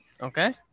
Okay